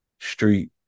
street